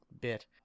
bit